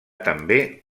també